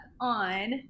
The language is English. on